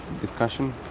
discussion